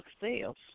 sales